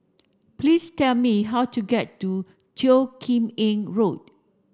please tell me how to get to Teo Kim Eng Road